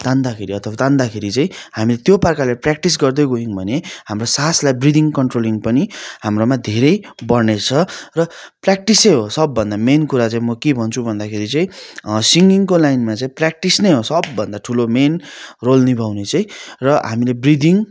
तान्दाखेरि अथवा तान्दाखेरि चाहिँ हामीले त्यो प्रकारले प्र्याक्टिस गर्दै गयौँ भने हाम्रो सासलाई ब्रिदिङ कन्ट्रोलिङ पनि हाम्रोमा धेरै बढ्ने छ र प्र्याक्टिसै हो सबभन्दा मेन कुरा चाहिँ म के भन्छु भन्दाखेरि चाहिँ सिङ्गिङको लाइनमा चाहिँ प्र्याक्टिस नै हो सबभन्दा ठुलो मेन रोल निभाउने चाहिँ र हामीले ब्रिदिङ